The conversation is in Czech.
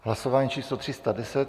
Hlasování číslo 310.